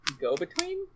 go-between